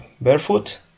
barefoot